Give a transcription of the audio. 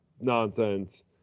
nonsense